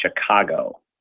Chicago